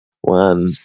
One